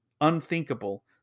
unthinkable